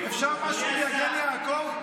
אפשר משהו מיגל יעקב?